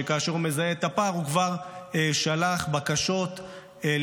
וכאשר הוא מזהה את הפער הוא כבר שולח בקשות לאותם